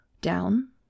down